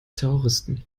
terroristen